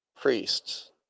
priests